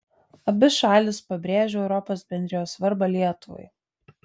abi šalys pabrėžia europos bendrijos svarbą lietuvai